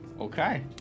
Okay